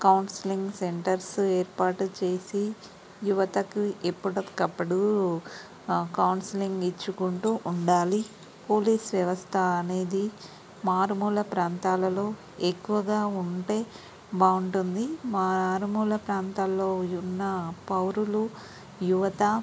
counselling centres ఏర్పాటు చేసి యువతకి ఎప్పటికప్పుడు కౌన్సిలింగ్ ఇచ్చుకుంటూ ఉండాలి పోలీస్ వ్యవస్థ అనేది మారుమూల ప్రాంతాలలో ఎక్కువగా ఉంటే బాగుంటుంది మారుమూల ప్రాంతాలలో ఉన్న పౌరులు యువత